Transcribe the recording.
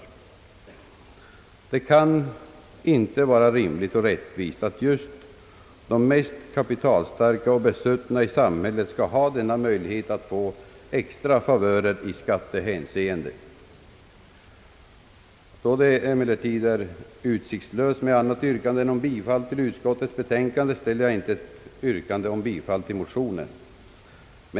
Det kan inte vara rimligt och rättvist att just de mest kapitalstarka och besuttna i samhället skall ha denna möjlighet att få extra favörer i skattehänseende. Då det emellertid är utsiktslöst med annat yrkande än om bifall till utskottets betänkande, ställer jag inget yrkande om bifall till motionen.